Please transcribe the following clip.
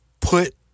put